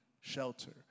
shelter